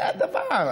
זה הדבר.